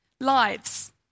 lives